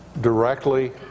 directly